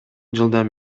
жылдан